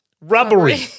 rubbery